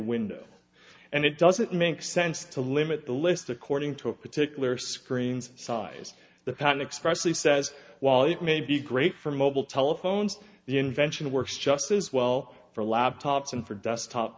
window and it doesn't make sense to limit the list according to a particular screen's size the pattern expressly says while it may be great for mobile telephones the invention works just as well for laptops and for desktop